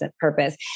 purpose